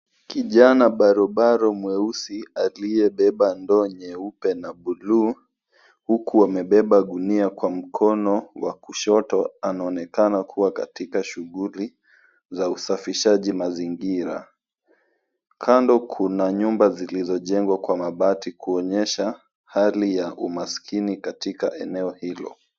Kijana barobaro mweusi aliyebeba ndoo nyeupe na buluu huku amebeba gunia kwa mkono wa kushoto anaonekana kuwa katika shughuli za usafishaji mazingira. Kando kuna nyumba zilizojengwa kwa mabati kuonyesha hali ya umaskini katika eneo hilo.